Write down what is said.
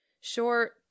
Short